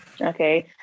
Okay